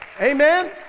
Amen